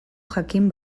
jakin